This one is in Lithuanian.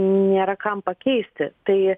nėra kam pakeisti tai